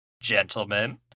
gentlemen